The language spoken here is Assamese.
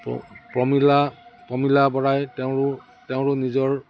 প্ৰমিলা প্ৰমিলা বৰাই তেওঁৰ তেওঁৰ নিজৰ